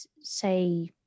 say